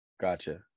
gotcha